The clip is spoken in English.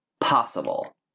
possible